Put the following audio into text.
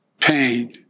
pain